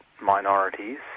minorities